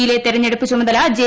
യിലെ തെരഞ്ഞെടുപ്പ് ചുമതല ജെ